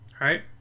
right